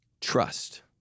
trust